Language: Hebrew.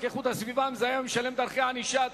איכות הסביבה (המזהם משלם) (דרכי ענישה)